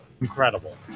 Incredible